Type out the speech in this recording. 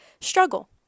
struggle